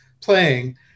playing